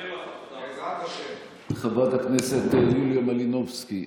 חברת הכנסת יוליה מלינובסקי,